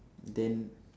then